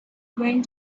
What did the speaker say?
going